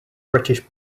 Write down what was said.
british